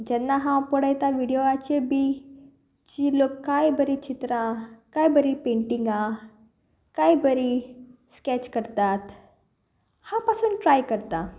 जेन्ना हांव पळयता विडियवाचेर बी जी लोक कांय बरीं चित्रां कांय बरीं पेंटिंगां कांय बरीं स्केच करतात हांव पासून ट्राय करता